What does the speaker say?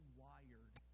wired